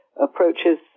approaches